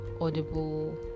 audible